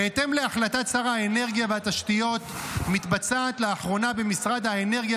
בהתאם להחלטת שר האנרגיה והתשתיות מתבצעת לאחרונה במשרד האנרגיה